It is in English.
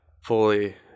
fully